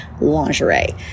lingerie